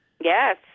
Yes